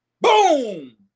boom